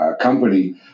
company